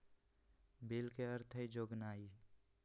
bill के अर्थ हइ जोगनाइ